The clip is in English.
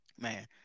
Man